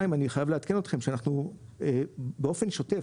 ב', אני חייב לעדכן אתכם שבאופן שוטף,